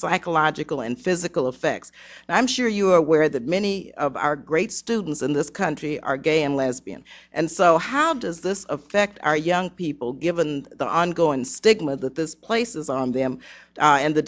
psychological and physical effects and i'm sure you're aware that many of our great students in this country are gay and lesbian and so how does this affect our young people given the ongoing stigma that this place is on them and the